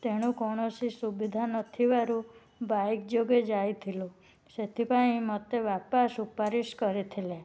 ତେଣୁ କୌଣସି ସୁବିଧା ନଥିବାରୁ ବାଇକ୍ ଯୋଗେ ଯାଇଥିଲୁ ସେଥିପାଇଁ ମୋତେ ବାପା ସୁପାରିଶ୍ କରିଥିଲେ